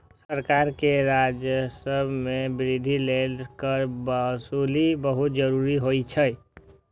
सरकार के राजस्व मे वृद्धि लेल कर वसूली बहुत जरूरी होइ छै